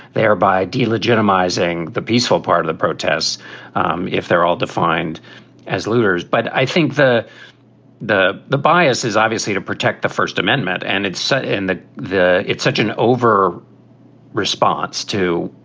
thereby delegitimizing the peaceful part of the protests um if they're all defined as looters. but i think the the the bias is obviously to protect the first amendment. and it's set in the the it's such an over response to.